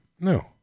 No